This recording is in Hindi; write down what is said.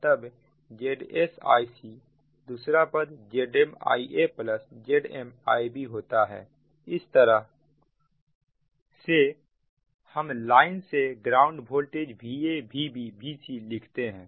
इस तरह Va Vb VcZs Zm ZmZm Zs Zm Zm Zm ZsIa Ib Ic तो इस तरह से हम लाइन से ग्राउंड वोल्टेज VaVbVcलिखते हैं